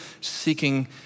seeking